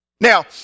Now